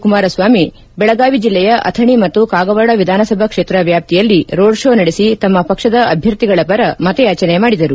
ಕುಮಾರಸ್ವಾಮಿ ಬೆಳಗಾವಿ ಜಿಲ್ಲೆಯ ಅಥಣಿ ಮತ್ತು ಕಾಗವಾಡ ವಿಧಾನಸಭಾ ಕ್ಷೇತ್ರ ವ್ಯಾಪ್ತಿಯಲ್ಲಿ ರೋಡ್ ಕೋ ನಡೆಸಿ ತಮ್ನ ಪಕ್ಷದ ಅಭ್ಞರ್ಥಿಗಳ ಪರ ಮತಯಾಚನೆ ಮಾಡಿದರು